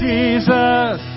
Jesus